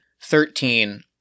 Thirteen